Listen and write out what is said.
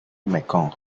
mekong